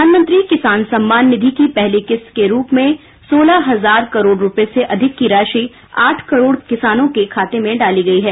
प्रधानमंत्री किसान सम्मान निधि की पहली किस्त के रूप में सोलह हजार करोड़ रूपये से अधिक की राशि आठ करोड़ किसानों के खाते में डाली गई है